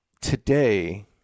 today